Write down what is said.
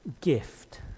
gift